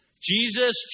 Jesus